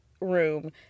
room